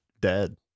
Dead